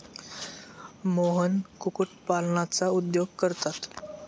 मोहन कुक्कुटपालनाचा उद्योग करतात